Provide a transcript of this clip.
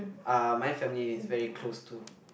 uh my family is very close to